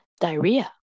diarrhea